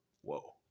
whoa